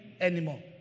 anymore